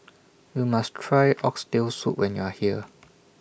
YOU must Try Oxtail Soup when YOU Are here